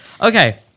Okay